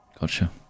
Gotcha